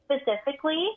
specifically